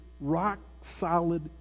rock-solid